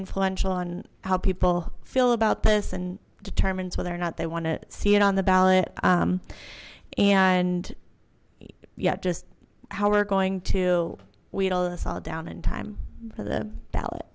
influential and how people feel about this and determines whether or not they want to see it on the ballot and yet just how we're going to wheedle this all down in time for the ballot